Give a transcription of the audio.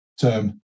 term